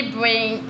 bring